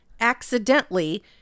accidentally